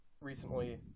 Recently